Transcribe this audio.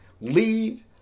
lead